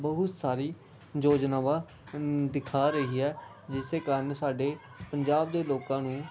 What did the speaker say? ਬਹੁਤ ਸਾਰੀ ਯੋਜਨਾਵਾਂ ਦਿਖਾ ਰਹੀ ਹੈ ਜਿਸ ਦੇ ਕਾਰਨ ਸਾਡੇ ਪੰਜਾਬ ਦੇ ਲੋਕਾਂ ਨੂੰ